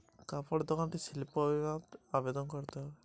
আমার কাপড়ের এক দোকান আছে তার বীমা কিভাবে করবো?